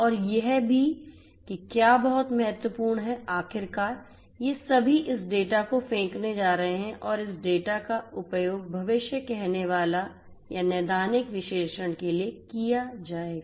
और यह भी कि क्या बहुत महत्वपूर्ण है आखिरकार ये सभी इस डेटा को फेंकने जा रहे हैं इस डेटा का उपयोग भविष्य कहनेवाला या नैदानिक विश्लेषण के लिए किया जाएगा